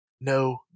no